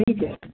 ٹھیک ہے